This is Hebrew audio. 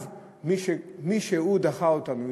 אז מישהו דחה אותנו,